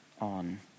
on